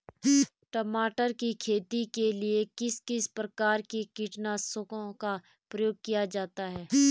टमाटर की खेती के लिए किस किस प्रकार के कीटनाशकों का प्रयोग किया जाता है?